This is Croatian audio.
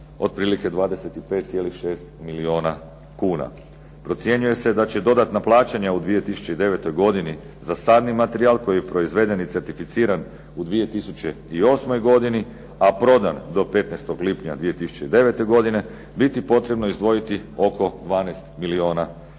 otprilike 25,6 milijuna kuna. Procjenjuje se da će dodatna plaćanja u 2009. godini za sadni materijal koji je proizveden i certificiran u 2008. godini a prodan do 15. lipnja 2009. godine biti potrebno izdvojiti oko 12 milijuna kuna.